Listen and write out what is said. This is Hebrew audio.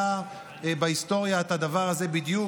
היה בהיסטוריה את הדבר הזה בדיוק,